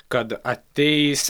kad ateis